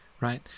right